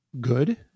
good